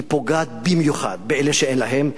פוגעת במיוחד באלה שאין להם.